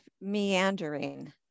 meandering